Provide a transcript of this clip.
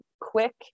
quick